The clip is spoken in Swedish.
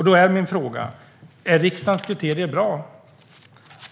Då är min undran: Är riksdagens kriterier bra? Bör de följas?